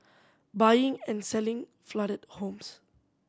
buying and selling flooded homes